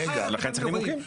כן, לכן צריך נימוקים.